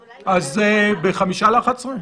אז ב-10:55?